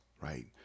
right